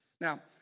Now